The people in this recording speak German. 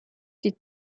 die